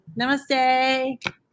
Namaste